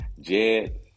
Jed